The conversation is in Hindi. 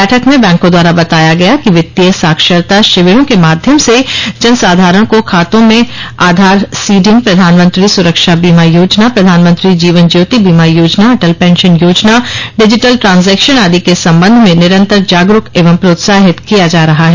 बैठक में बैंकों द्वारा बताया गया कि वित्तीय साक्षरता शिविरों के माध्यम से जनसाधारण को खातों में आधार सीडिंग प्रधानमंत्री सुरक्षा बीमा योजना प्रधानमंत्री जीवन ज्योति बीमा योजना अटल पेंशन योजना डिजिटल ट्रान्जेक्शन आदि के संबंध में निरंतर जागरूक एवं प्रोत्साहित किया जा रहा है